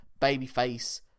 babyface